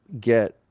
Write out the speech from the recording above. get